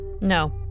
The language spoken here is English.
No